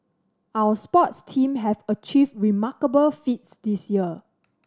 our sports team have achieved remarkable feats this year